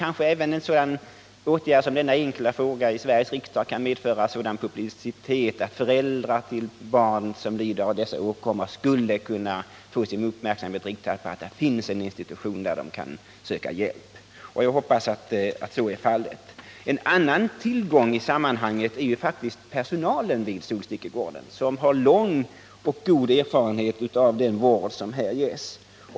Kanske kan en sådan åtgärd som att ställa denna fråga i Sveriges riksdag få en sådan publicitet att föräldrar till barn som lider av dessa åkommor blir uppmärksammade på att det finns en institution som denna där de kan få hjälp — jag hoppas att så blir fallet. En annan tillgång i sammanhanget är också personalen vid Solstickegården, som har lång och god erfarenhet av den vård som där ges.